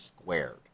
squared